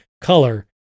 color